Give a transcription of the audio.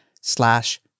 slash